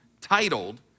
titled